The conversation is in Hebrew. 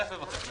לצרף, בבקשה.